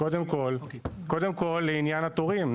שוב, קודם כל לעניין התורים.